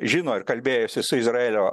žino ir kalbėjosi su izraelio